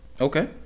Okay